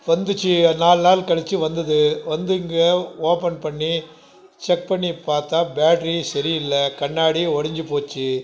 வந்துச்சு நாலு நாள் கழித்து வந்துது வந்து இங்கே ஓப்பன் பண்ணி செக் பண்ணி பார்த்தா பேட்ரி சரி இல்லை கண்ணாடி உடஞ்சிப் போச்சு